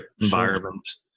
environments